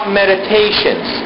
meditations